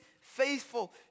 faithful